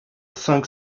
cinq